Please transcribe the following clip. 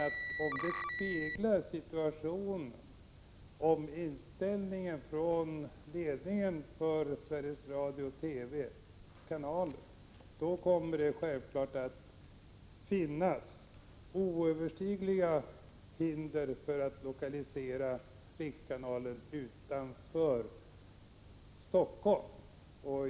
Men om de speglar inställningen hos ledningen för Sveriges Radio/TV:s kanaler, kommer det givetvis att finnas oöverstigliga hinder för att lokalisera ledningen för rikskanalen till en ort utanför Helsingfors.